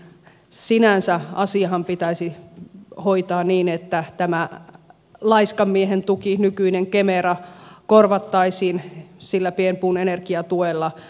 sinänsä asiahan pitäisi hoitaa niin että tämä laiskan miehen tuki nykyinen kemera korvattaisiin sillä pienpuun energiatuella